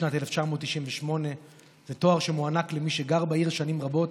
בשנת 1998. זה תואר שמוענק למי שגר בעיר שנים רבות,